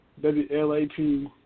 W-L-A-P